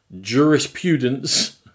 jurisprudence